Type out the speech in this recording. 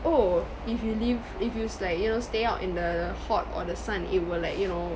oh if you leave if you like you know stay out in the hot or the sun it will like you know